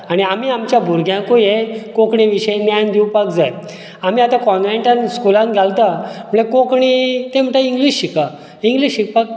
आनी आमी आमच्या भुरग्यांकूय हे कोंकणी विशय न्यान दिवपाक जाय आमी आता कॉन्व्हेंटान स्कुलान घालता म्हटल्यार कोंकणी ते म्हणटा इंग्लिश शिकां इंग्लिश शिकपाक